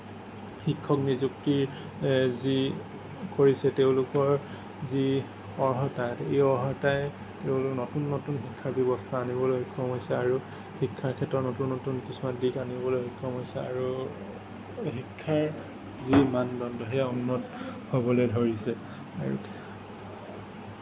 শিক্ষক নিযুক্তিৰ যি কৰিছে তেওঁলোকৰ যি অৰ্হতা এই অৰ্হতাই তেওঁলোকক নতুন নতুন শিক্ষা ব্যৱস্থা আনিবলৈ সক্ষম হৈছে আৰু শিক্ষাৰ ক্ষেত্ৰত নতুন নতুন কিছুমান দিশ আনিবলৈ সক্ষম হৈছে আৰু শিক্ষাৰ যি মানদণ্ড সেই উন্নত হ'বলৈ ধৰিছে আৰু